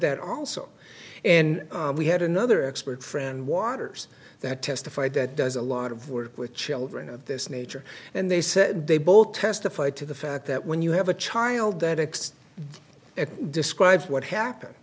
that also and we had another expert friend waters that testified that does a lot of work with children of this nature and they said they both testified to the fact that when you have a child that exist it describes what happened